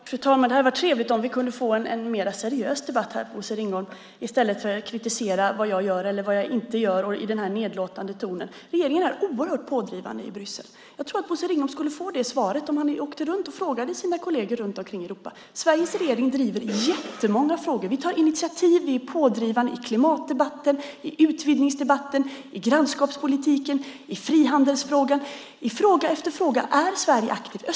Fru talman! Det hade varit trevligt om vi hade kunnat få en mer seriös debatt här, Bosse Ringholm, i stället för kritik av vad jag gör eller inte gör i den här nedlåtande tonen. Regeringen är oerhört pådrivande i Bryssel. Jag tror att Bosse Ringholm skulle få det svaret om han åkte runt och frågade sina kolleger runt omkring i Europa. Sveriges regering driver jättemånga frågor. Vi tar initiativ och är pådrivande till exempel i klimatdebatten, i utvidgningsdebatten, när det gäller grannskapspolitiken, i frihandelsfrågan och i Östersjöstrategin. I fråga efter fråga är Sverige aktivt.